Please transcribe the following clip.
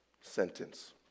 sentence